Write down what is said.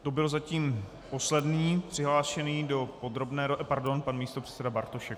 To byl zatím poslední přihlášený do podrobné pardon, pan místopředseda Bartošek.